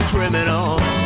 Criminals